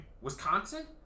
Wisconsin